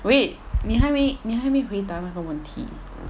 wait 你还没你还没回答那个问题